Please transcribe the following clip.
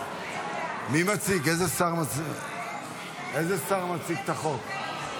מי מציג, איזה שר, איזה שר מציג את החוק?